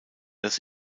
das